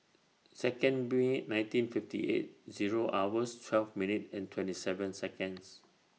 Second May nineteen fifty eight Zero hours twelve minutes and twenty seven Seconds